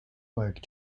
like